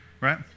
right